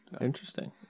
Interesting